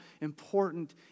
important